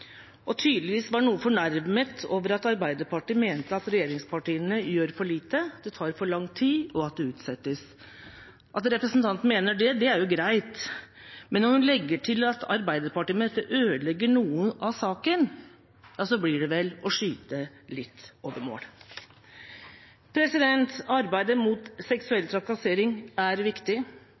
og var tydeligvis noe fornærmet over at Arbeiderpartiet mente at regjeringspartiene gjør for lite, at det tar for lang tid, og at det utsettes. At representanten mener det, er greit. Men når hun legger til at Arbeiderpartiet med dette ødelegger noe av saken, blir vel det å skyte litt over mål. Arbeidet mot seksuell trakassering er viktig,